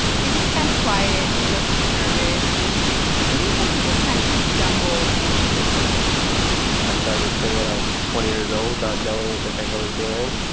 he's kind of quiet, looks nervous and seems like he just kind of stumbled into this whole thing i started this thing when i was twenty years old, not knowing what the heck i was doing